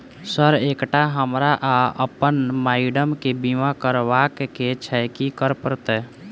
Sir एकटा हमरा आ अप्पन माइडम केँ बीमा करबाक केँ छैय की करऽ परतै?